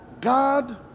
God